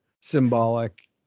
symbolic